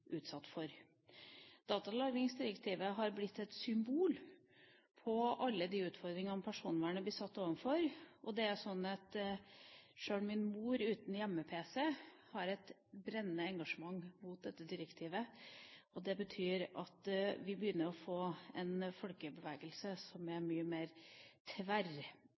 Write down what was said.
Datalagringsdirektivet har blitt et symbol på alle de utfordringene personvernet blir stilt overfor. Sjøl min mor uten hjemme-pc har et brennende engasjement mot dette direktivet. Det betyr at vi begynner å få en folkebevegelse som er mye mer